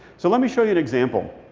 so let me show you an example.